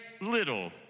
little